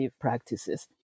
practices